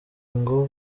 ngo